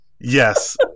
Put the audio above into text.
Yes